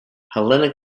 helena